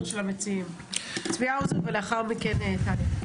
המציעים, צבי האוזר, ולאחר מכן טניה.